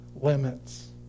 limits